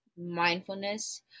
Mindfulness